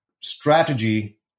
strategy